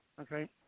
okay